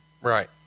Right